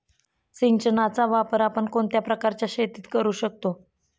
सिंचनाचा वापर आपण कोणत्या प्रकारच्या शेतीत करू शकतो?